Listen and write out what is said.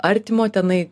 artimo tenai